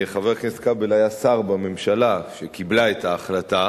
חבר הכנסת כבל היה שר בממשלה שקיבלה את ההחלטה,